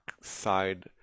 side